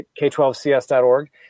K12CS.org